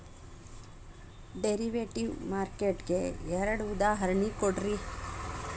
derivative market ಗೆ ಎರಡ್ ಉದಾಹರ್ಣಿ ಕೊಡ್ರಿ